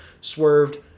swerved